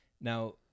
Now